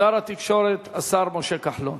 שר התקשורת, השר משה כחלון.